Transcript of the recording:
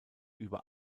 über